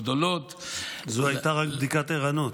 זו הייתה רק בדיקת ערנות.